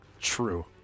True